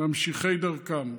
ממשיכי דרכם.